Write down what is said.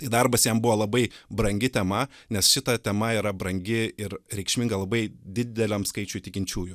tai darbas jam buvo labai brangi tema nes šita tema yra brangi ir reikšminga labai dideliam skaičiui tikinčiųjų